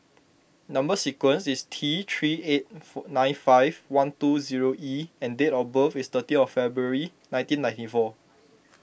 Number Sequence is T three eight four nine five one two zero E and date of birth is thirteen of February nineteen ninety four